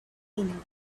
been